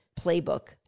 playbook